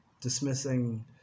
dismissing